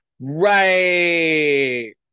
Right